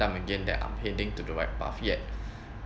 time again that I'm heading to the right path yet